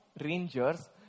rangers